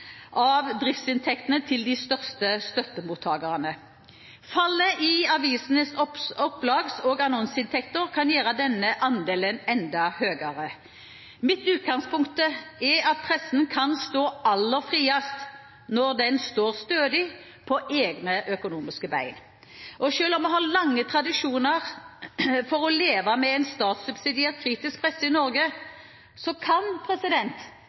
av driftsinntektene til de største støttemottakerne. Fallet i avisenes opplags- og annonseinntekter kan gjøre denne andelen enda høyere. Mitt utgangspunkt er at pressen kan stå aller friest når den står stødig på egne økonomiske bein. Selv om vi har lange tradisjoner for å leve med en statssubsidiert kritisk presse i Norge, kan